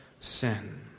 sin